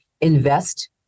invest